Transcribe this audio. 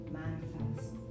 manifest